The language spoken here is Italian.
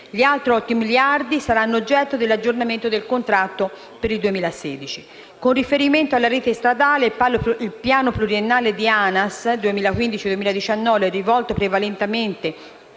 Gli altri 8 miliardi saranno oggetto dell'aggiornamento del contratto per il 2016. Con riferimento alla rete stradale, il piano pluriennale di ANAS 2015-2019, rivolto prevalentemente